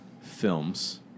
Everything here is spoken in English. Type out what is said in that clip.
films